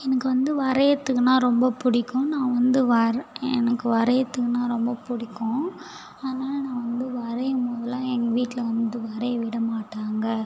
எனக்கு வந்து வரைகிறத்துக்குனா ரொம்ப பிடிக்கும் நான் வந்து வர் எனக்கு வரைகிறத்துக்குனா ரொம்ப பிடிக்கும் அதனால் நான் வந்து வரைபோதுலாம் எங்கள் வீட்டில் வந்து வரையை விட மாட்டாங்க